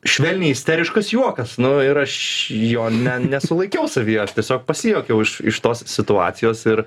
švelniai isteriškas juokas nu ir aš jo ne nesulaikiau savyje aš tiesiog pasijuokiau iš tos situacijos ir